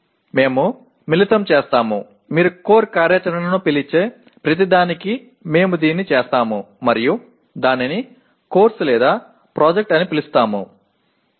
நாம் ஒன்றிணைக்கிறோம் நீங்கள் முக்கிய செயல்பாடு என்று அழைக்கும் ஒவ்வொன்றிற்கும் இதைச் செய்கிறோம் அதை பாடம் அல்லது திட்டம் என்று அழைக்கிறோம்